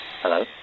Hello